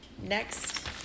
Next